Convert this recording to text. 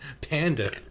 Panda